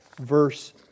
Verse